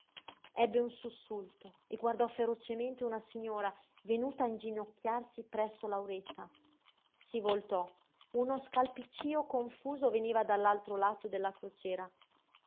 figlia ebbe un sussulto e guardò ferocemente una signora venuta a inginocchiarsi presso lauretta si voltò uno scalpiccio confuso veniva dall'altro lato della crociera